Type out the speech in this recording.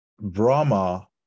Brahma